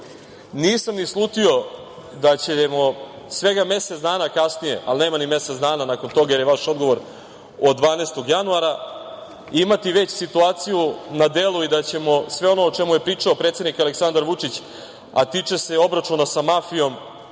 ni slutio da ćemo svega mesec dana kasnije, ali nema ni mesec dana nakon toga, jer je vaš odgovor od 12. januara, imati već situaciju na delu i da ćemo sve ono o čemu je pričao predsednik Aleksandar Vučić, a tiče se obračuna sa mafijom